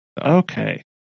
Okay